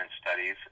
Studies